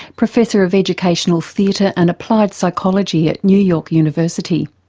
professor of educational theatre and applied psychology at new york university.